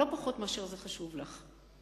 לא פחות מאשר זה חשוב לך.